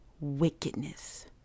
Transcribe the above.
wickedness